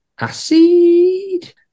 Acid